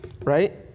right